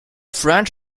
french